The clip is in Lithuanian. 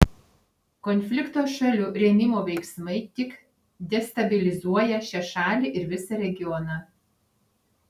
konflikto šalių rėmimo veiksmai tik destabilizuoja šią šalį ir visą regioną